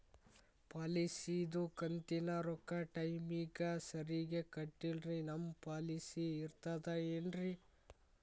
ಪಾಲಿಸಿದು ಕಂತಿನ ರೊಕ್ಕ ಟೈಮಿಗ್ ಸರಿಗೆ ಕಟ್ಟಿಲ್ರಿ ನಮ್ ಪಾಲಿಸಿ ಇರ್ತದ ಏನ್ರಿ?